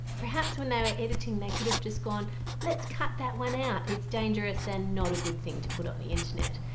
perhaps when they were editing they could have just gone let's cut that one out it's dangerous and not a good thing to put on the internet.